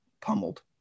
pummeled